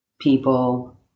people